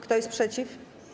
Kto jest przeciw?